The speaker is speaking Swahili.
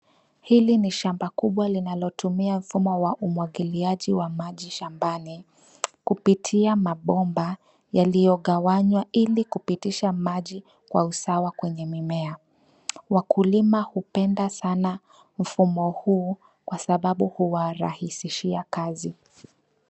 Hili ni shamba kubwa linalotumia mfumo wa umwagiliaji wa maji shambani kupitia mabomba yaliyogawanywa ili kupitisha maji kwa usawa kwenye mimea. Wakulima hupenda sana mfumo huu kwa sababu huwarahisishia kazi.